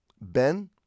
ben